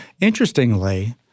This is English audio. Interestingly